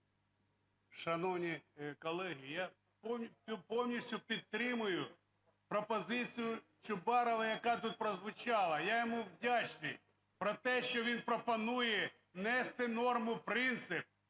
Шановні колеги, я повністю підтримую пропозицію Чубарова, яка тут прозвучала, я йому вдячний, про те, що він пропонує внести норму-принцип,